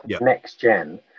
next-gen